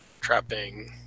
trapping